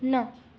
न